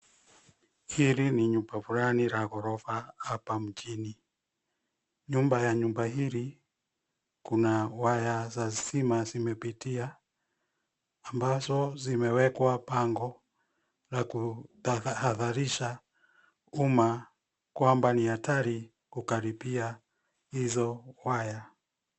Hili ni nyumba fulani la ghorofa hapa mjini, nyumba ya nyumba hili kuna waya za stima zimepitia ambazo zimewekwa bango la kutahadharisha umma kwamba ni hatari kukaribia hizo waya.